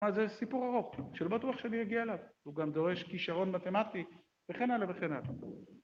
מה זה סיפור ארוך שלא בטוח שאני אגיע אליו, הוא גם דורש כישרון מתמטי וכן הלאה וכן הלאה